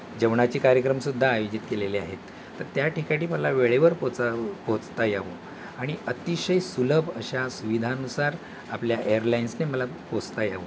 जेवणाची कार्यक्रमसुद्धा आयोजित केलेले आहेत तर त्या ठिकाणी मला वेळेवर पोचाव पोचता यावं आणि अतिशय सुलभ अशा सुविधानुसार आपल्या एअरलाईन्सने मला पोचता यावं